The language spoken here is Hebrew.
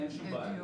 אין שום בעיה.